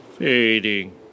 Fading